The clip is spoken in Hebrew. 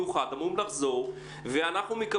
איתי יש איש צוות שעובד קבוע,